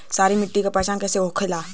सारी मिट्टी का पहचान कैसे होखेला?